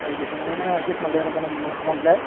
okay sir எதனா adjustment எதனா பண்ண முடியுமா அமௌண்டில்